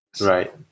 right